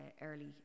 early